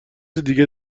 دیگه